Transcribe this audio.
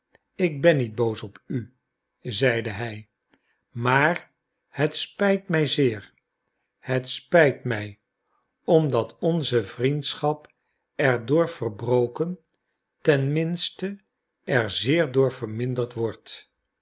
ik ben niet boos op u zeide hij maar het spijt mij zeer het spijt mij omdat onze vriendschap er door verbroken ten minste er zeer door verminderd wordt